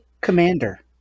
Commander